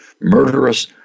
murderous